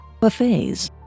buffets